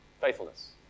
faithfulness